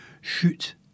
shoot